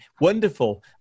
wonderful